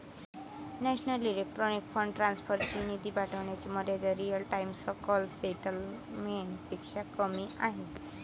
national electronic fund transfer ची निधी पाठविण्याची मर्यादा रिअल टाइम सकल सेटलमेंट पेक्षा कमी आहे